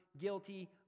guilty